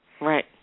Right